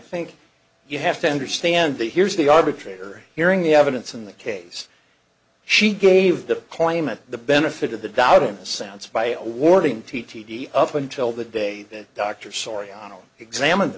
think you have to understand the here's the arbitrator hearing the evidence in that case she gave the claimant the benefit of the doubt in a sense by awarding t t d up until the day that dr soriano examined